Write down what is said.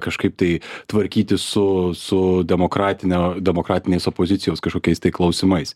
kažkaip tai tvarkytis su su demokratinio demokratinės opozicijos kažkokiais tai klausimais